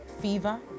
fever